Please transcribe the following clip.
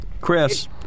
Chris